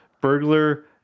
burglar